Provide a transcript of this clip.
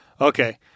Okay